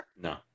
No